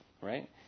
Right